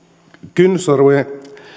kynnysarvojen